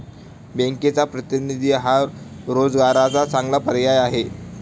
बँकचा प्रतिनिधी हा रोजगाराचा चांगला पर्याय आहे